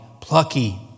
plucky